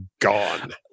gone